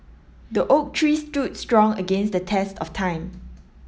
the oak tree stood strong against the test of time